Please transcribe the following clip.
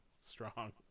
strong